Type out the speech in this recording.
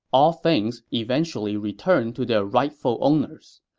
all things eventually return to their rightful owners.